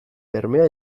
bermea